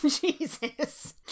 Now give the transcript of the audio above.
Jesus